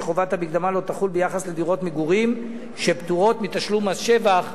שחובת המקדמה לא תחול ביחס לדירות מגורים שפטורות מתשלום מס שבח.